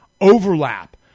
overlap